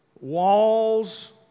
walls